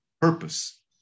purpose